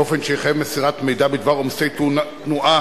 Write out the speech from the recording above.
באופן שיחייב מסירת מידע בדבר עומסי תנועה